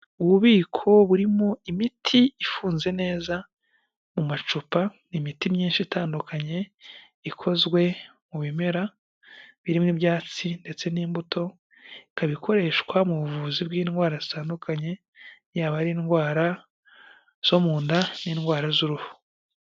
Ububiko burimo imiti ifunze neza mu macupa, ni imiti myinshi itandukanye ikozwe mu bimera, birimo ibyatsi ndetse n'imbuto ,ikaba ikoreshwa mu buvuzi bw'indwara zitandukanye, yaba ari indwara zo mu nda n'indwara z'uruhu.